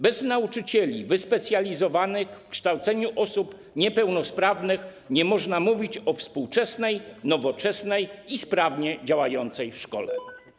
Bez nauczycieli wyspecjalizowanych w kształceniu osób niepełnosprawnych nie można mówić o współczesnej, nowoczesnej i sprawnie działającej szkole.